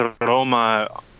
Roma